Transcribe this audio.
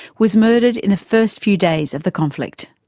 was murdered in the first few days of the conflict.